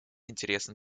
интересам